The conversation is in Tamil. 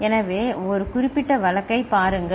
எனவே ஒரு குறிப்பிட்ட வழக்கைப் பாருங்கள்